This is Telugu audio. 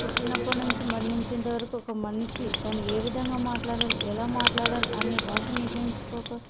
పుట్టినప్పటి నుంచి మరణించేంతవరకు ఒక మనిషి తను ఏ విధంగా మాట్లాడాలి ఎలా మాట్లాడాలి అనే భాష నిర్ణయించుకోక